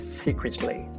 secretly